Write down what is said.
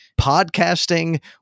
podcasting